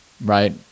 right